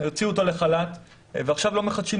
שהוציאו אותו לחל"ת ועכשיו לא מחדשים